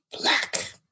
Black